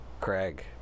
Craig